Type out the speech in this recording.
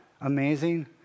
amazing